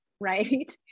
right